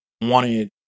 wanted